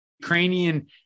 Ukrainian